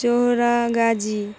Jahura Gazi